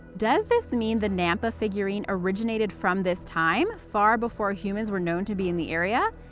does this mean the nampa figurine originated from this time, far before humans were known to be in the area?